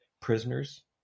prisoners